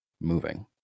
moving